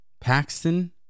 Paxton